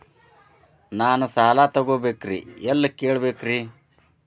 ನಾನು ಸಾಲ ತೊಗೋಬೇಕ್ರಿ ಎಲ್ಲ ಕೇಳಬೇಕ್ರಿ?